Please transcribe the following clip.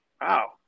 wow